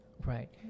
Right